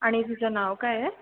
आणि तिचं नाव काय आहे